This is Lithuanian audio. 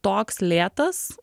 toks lėtas